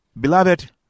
Beloved